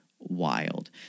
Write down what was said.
Wild